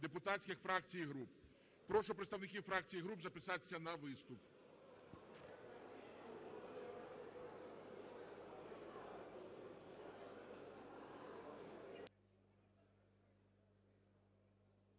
депутатських фракцій і груп. Прошу представників фракцій і груп записатися на виступ.